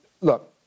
look